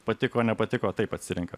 patiko nepatiko taip atsirenka